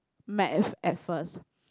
Maths at first